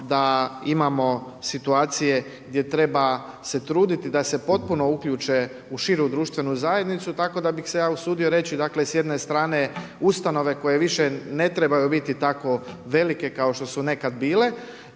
da imamo situacije gdje treba se truditi da se potpuno uključe u širu društvenu zajednicu tako da bih se ja usudio reći, dakle s jedne strane ustanove koje više ne trebaju biti tako velike kao što su nekad bile